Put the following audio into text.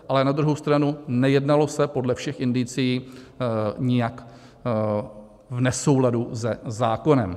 Ale na druhou stranu, nejednalo se podle všech indicií nijak v nesouladu se zákonem.